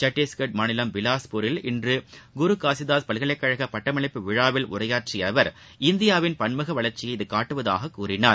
சத்தீஸ்கர் மாநிலம் பிலாஸ்பூரில் இன்று குருகாசிதாஸ் பல்கலைக்கழக பட்டமளிப்பு விழாவில் உரையாற்றிய அவர் இந்தியாவில் பன்முக வளர்ச்சியை இது காட்டுவதாக கூறினார்